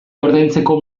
ordaintzeko